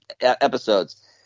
episodes